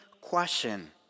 question